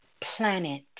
planet